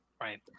Right